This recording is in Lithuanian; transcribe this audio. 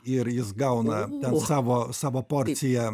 ir jis gauna ten savo savo porciją